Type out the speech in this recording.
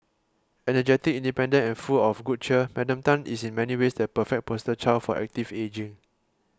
energetic independent and full of good cheer Madam Tan is in many ways the perfect poster child for active ageing